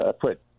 put